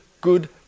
good